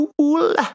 cool